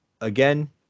again